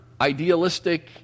idealistic